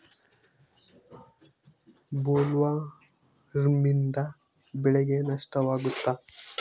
ಬೊಲ್ವರ್ಮ್ನಿಂದ ಬೆಳೆಗೆ ನಷ್ಟವಾಗುತ್ತ?